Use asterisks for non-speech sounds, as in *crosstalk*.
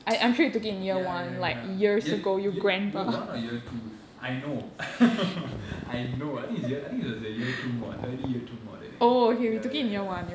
*noise* ya ya ya ye~ ye~ year one or year two I know *laughs* I know I think it's year I think it was a year two mod early year two mod I think ya ya ya